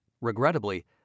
Regrettably